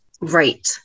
Right